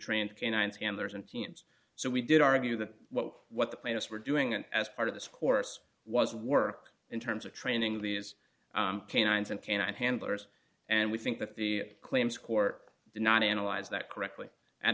trans canines handlers and teams so we did argue that what what the planets were doing and as part of this course was work in terms of training these canines and cannot handlers and we think that the claims court did not analyze that correctly a